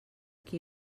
qui